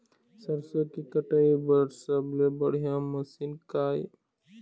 सरसों के कटाई बर सबले बढ़िया मशीन का ये?